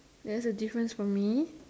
there's a difference for me